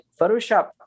Photoshop